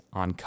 on